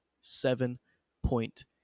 seven-point